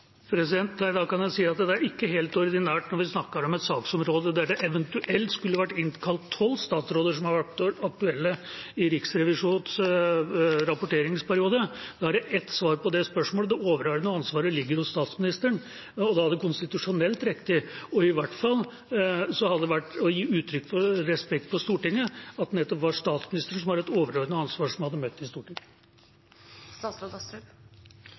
når vi snakker om et saksområde der det eventuelt skulle vært innkalt 12 statsråder som har vært aktuelle i Riksrevisjonens rapporteringsperiode. Da er det ett svar på det spørsmålet, og det er at det overordnede ansvaret ligger hos statsministeren. Det hadde vært konstitusjonelt riktig, og i hvert fall for å gi uttrykk for respekt for Stortinget, at det nettopp var statsministeren med det overordnede ansvaret som hadde møtt i Stortinget.